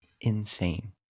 insane